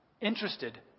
interested